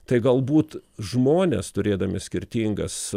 tai galbūt žmonės turėdami skirtingas